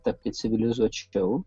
tapti civilizuočiau